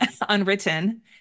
unwritten